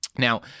Now